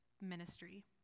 ministry